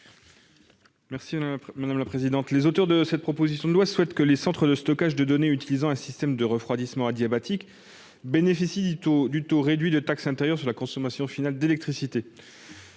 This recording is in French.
M. Cédric Perrin. Les auteurs de cette proposition de loi souhaitent que les centres de stockage de données utilisant un système de refroidissement adiabatique bénéficient du taux réduit de taxe intérieure sur la consommation finale d'électricité,